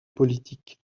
politique